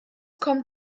kommt